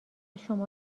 شما